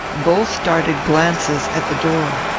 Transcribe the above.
both darted glances at the door.